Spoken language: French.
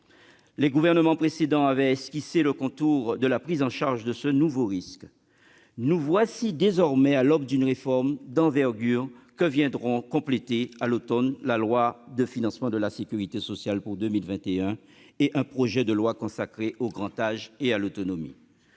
Les gouvernements précédents avaient esquissé les contours de la prise en charge de ce nouveau risque. Nous voici désormais à l'aube d'une réforme d'envergure, que viendront compléter, à l'automne prochain, la loi de financement de la sécurité sociale pour 2021 et un projet de loi consacré au grand âge et à l'autonomie.